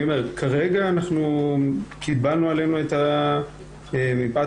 אני אומר שכרגע אנחנו קיבלנו את זה על עצמנו מפאת